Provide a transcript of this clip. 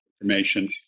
information